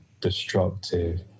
destructive